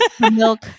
milk